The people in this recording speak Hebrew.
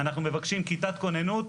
מדובר במסתננים,